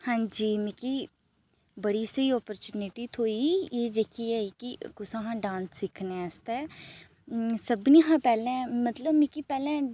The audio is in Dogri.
हां जी मिगी बड़ी स्हेई ओप्पोरचुनिटी थ्होई एह् जेह्की ऐ एह्की कुसै हा डान्स सिक्खने आस्तै सभनें हा पैह्लें मतलब मिकी पैह्ले